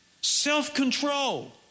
self-control